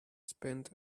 spent